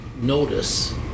notice